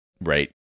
right